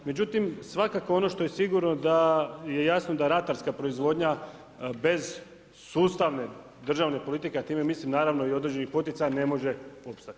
Međutim, svakako ono što je sigurno, je jasno da ratarska proizvodnja, bez sustavne državne poklike, a time mislim, naravno i određeni poticaj ne može opstati.